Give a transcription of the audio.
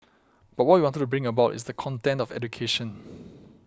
but what we wanted to bring about is the content of education